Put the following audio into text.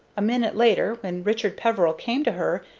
a minute later, when richard peveril came to her,